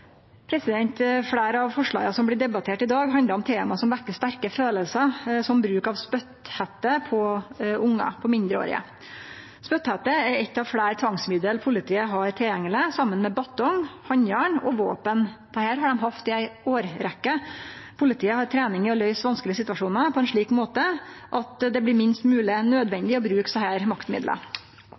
Fleire av forslaga som blir debatterte i dag, handlar om tema som vekkjer sterke følelsar, som bruk av spytthette på ungar, på mindreårige. Spytthette er eitt av fleire tvangsmiddel politiet har tilgjengeleg, saman med batong, handjarn og våpen. Dette har dei hatt i ei årrekkje. Politiet har trening i å løyse vanskelege situasjonar på ein slik måte at det blir minst mogleg nødvendig å bruke desse